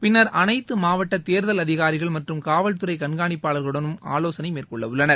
பின்னர் அனைத்து மாவட்ட தேர்தல் அதிகாரிகள் மற்றும் காவல்துறை கண்காணிப்பாளர்களுடன் ஆலோசனை மேற்கொள்ளவுள்ளனர்